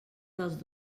dels